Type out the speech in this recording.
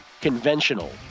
conventional